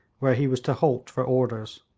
where he was to halt for orders.